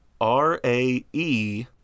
R-A-E